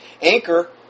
Anchor